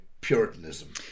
puritanism